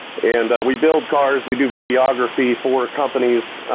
and we build cars, we do videography for companies